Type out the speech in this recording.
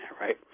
Right